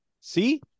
See